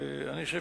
אני חושב